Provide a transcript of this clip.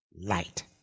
light